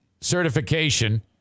certification